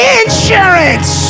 insurance